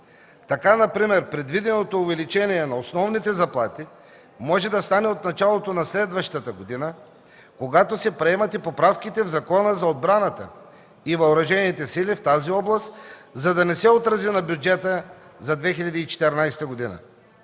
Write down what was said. Така например предвиденото увеличение на основните заплати може да стане от началото на следващата година, когато се приемат и поправките в Закона за отбраната и въоръжените сили в тази област, за да не се отрази на бюджета за 2014 г.